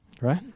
Right